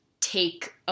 take